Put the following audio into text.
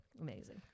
amazing